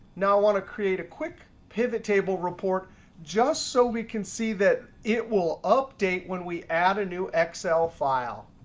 now i want to create a quick pivot table report just so we can see that it will update when we add a new excel file.